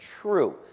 true